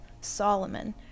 Solomon